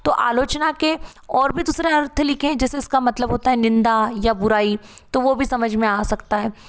तो आलोचना के और भी दूसरे अर्थ लिखे हैं जैसे उसका मतलब हो है निंदा या बुराई तो वो भी समझ मे आ सकता है